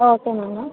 okay madam